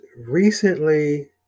recently